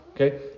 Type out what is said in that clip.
Okay